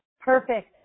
perfect